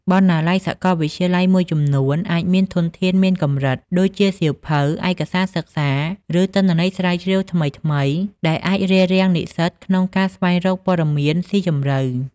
បណ្ណាល័យសាកលវិទ្យាល័យមួយចំនួនអាចមានធនធានមានកម្រិត ដូចជាសៀវភៅ ឯកសារសិក្សា ឬទិន្នន័យស្រាវជ្រាវថ្មីៗ ដែលអាចរារាំងនិស្សិតក្នុងការស្វែងរកព័ត៌មានស៊ីជម្រៅ។